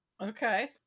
Okay